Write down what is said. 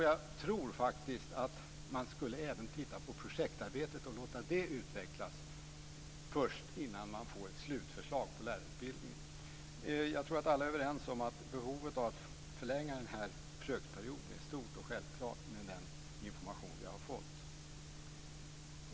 Jag tror att man även skulle titta på projektarbetet och låta det utvecklas först innan man får ett slutförslag på lärarutbildningen. Jag tror att alla är överens om att behovet av att förlänga försöksperioden är stort och självklart med den information vi har fått.